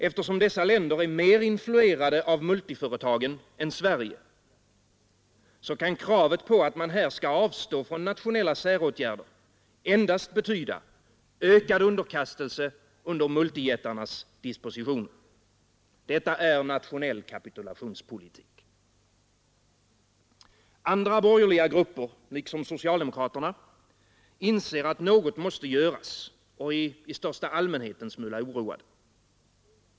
Eftersom dessa länder är mer influerade av multiföretagen än Sverige kan kravet på att man här skall avstå ifrån nationella säråtgärder endast betyda ökad underkastelse under multijättarnas dispositioner. Detta är nationell kapitulationspolitik. Andra borgerliga grupper, liksom socialdemokraterna, inser att något måste göras och är i största allmänhet en smula oroade.